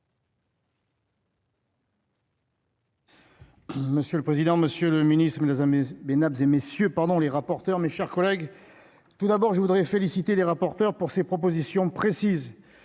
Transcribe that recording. Monsieur le président, Monsieur le Ministre, amis mais Naples et messieurs, pardon, les rapporteurs, mes chers collègues, tout d'abord je voudrais féliciter les rapporteurs pour ses propositions précises,